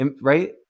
right